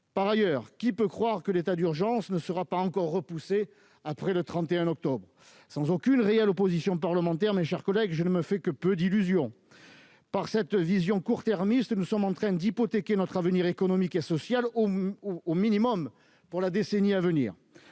Par ailleurs, qui peut croire que l'état d'urgence ne sera pas encore repoussé après le 31 octobre ? Sans aucune réelle opposition parlementaire, mes chers collègues, je ne me fais que peu d'illusions. Par cette vision court-termiste, nous sommes en train d'hypothéquer notre avenir économique et social, au minimum pour la décennie à venir.